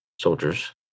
soldiers